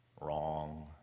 Wrong